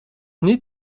niet